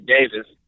Davis